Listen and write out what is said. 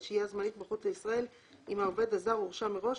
שהייה זמנית מחוץ לישראל אם העובד הזר הורשה מראש